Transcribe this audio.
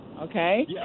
okay